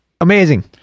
Amazing